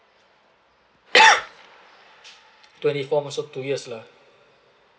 twenty four months so two years lah